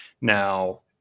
now